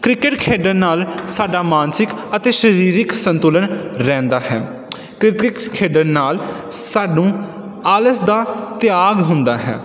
cricket ਖੇਡਣ ਨਾਲ ਸਾਡਾ ਮਾਨਸਿਕ ਅਤੇ ਸਰੀਰਿਕ ਸੰਤੁਲਨ ਰਹਿੰਦਾ ਹੈ ਕ੍ਰਿਕਟ ਖੇਡਣ ਨਾਲ ਸਾਨੂੰ ਆਲਸ ਦਾ ਤਿਆਗ ਹੁੰਦਾ ਹੈ